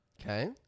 Okay